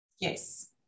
Yes